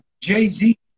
Jay-Z